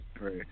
Right